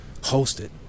Hosted